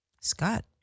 Scott